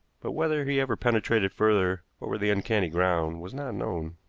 but whether he ever penetrated further over the uncanny ground was not known.